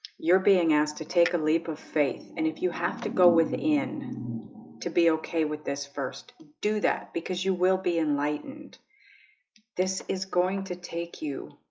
you're being asked to take a leap of faith and if you have to go within to be okay with this first do that because you will be enlightened this is going to take you